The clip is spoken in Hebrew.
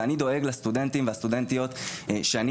ואני דואג לסטודנטים ולסטודנטיות שאני